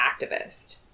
activist